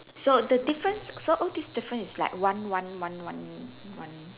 so the difference so oh this difference is like one one one one one